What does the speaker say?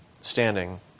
standing